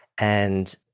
and-